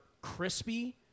crispy